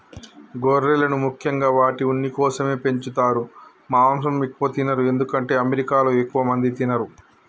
గొర్రెలను ముఖ్యంగా వాటి ఉన్ని కోసమే పెంచుతారు మాంసం ఎక్కువ తినరు ఎందుకంటే అమెరికాలో ఎక్కువ మంది తినరు